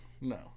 No